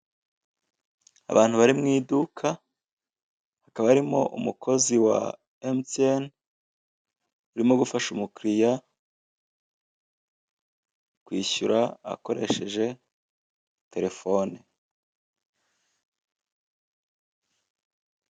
Abantu bari mwiduka hakaba harimo umukozi wa MTN urimo gufasha umukiriya kwishyura akoresheje telefone.